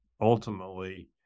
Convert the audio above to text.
ultimately